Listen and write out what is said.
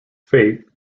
fate